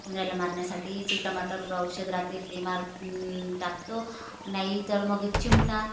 उंदराला मारण्यासाठी जे टमाटरवर औषध राहते ते मार टाकतो नाही तर मग चिमटा